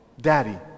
Daddy